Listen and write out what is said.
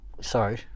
Sorry